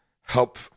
help